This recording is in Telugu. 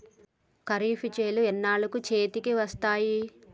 ఖరీఫ్ చేలు ఎన్నాళ్ళకు చేతికి వస్తాయి?